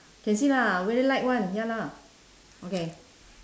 can see lah very light one ya lah okay